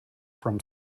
from